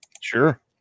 Sure